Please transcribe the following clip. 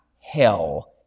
hell